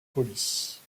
police